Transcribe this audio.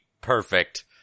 Perfect